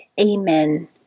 Amen